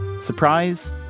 surprise